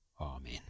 Amen